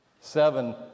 Seven